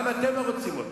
גם אתם לא רוצים אותם.